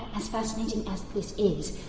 as fascinating as this is,